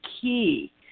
key